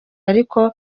ariko